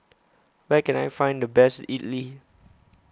where can I find the best idly